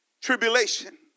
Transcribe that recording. Tribulation